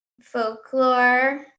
folklore